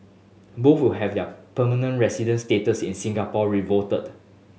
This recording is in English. both will have their permanent residency status in Singapore revoked